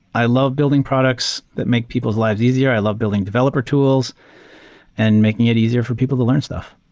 i love building products that make people's lives easier. i love building developer tools and making it easier for people to learn stuff.